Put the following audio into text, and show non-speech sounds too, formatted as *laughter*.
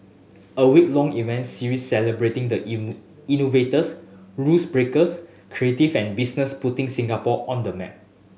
a week long event series celebrating the *unintelligible* innovators rules breakers creative and business putting Singapore on the map